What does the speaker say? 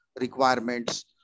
requirements